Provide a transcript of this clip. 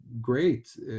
great